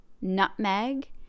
nutmeg